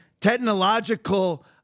technological